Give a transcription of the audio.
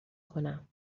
کنم